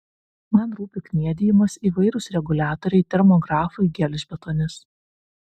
man rūpi kniedijimas įvairūs reguliatoriai termografai gelžbetonis